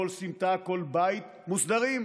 כל סמטה וכל בית מוסדרים,